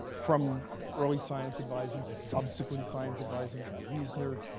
from early science advising to subsequent science advising, jerry wiesner,